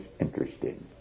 interesting